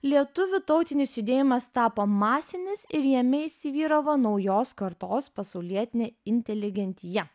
lietuvių tautinis judėjimas tapo masinis ir jame įsivyravo naujos kartos pasaulietinė inteligentija